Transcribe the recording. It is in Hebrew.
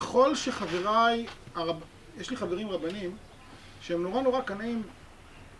כל שחבריי, יש לי חברים רבנים שהם נורא נורא קנאים